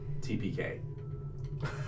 TPK